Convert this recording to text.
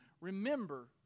Remember